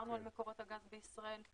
דיברנו על מקורות הגז בישראל,